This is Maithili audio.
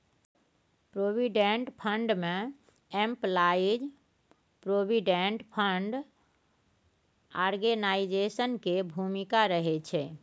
प्रोविडेंट फंड में एम्पलाइज प्रोविडेंट फंड ऑर्गेनाइजेशन के भूमिका रहइ छइ